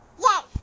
Yes